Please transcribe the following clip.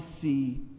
see